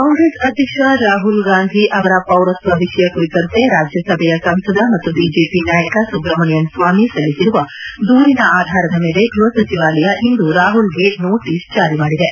ಕಾಂಗ್ರೆಸ್ ಅಧ್ಯಕ್ಷ ರಾಹುಲ್ ಗಾಂಧಿ ಅವರ ಪೌರತ್ವ ವಿಷಯ ಕುರಿತಂತೆ ರಾಜ್ಯ ಸಭೆಯ ಸಂಸದ ಮತ್ತು ಬಿಜೆಪಿ ನಾಯಕ ಸುಬ್ರಮಣಿಯನ್ ಸ್ವಾಮಿ ಸಲ್ಲಿಸಿರುವ ದೂರಿನ ಆಧಾರದ ಮೇಲೆ ಗೃಹ ಸಚಿವಾಲಯ ಇಂದು ರಾಹುಲ್ಗೆ ನೋಟೀಸು ಜಾರಿ ಮಾಡಿದೆ